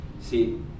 See